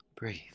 Breathe